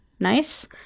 nice